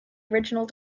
original